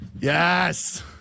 Yes